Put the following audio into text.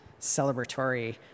celebratory